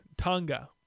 Tonga